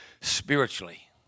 spiritually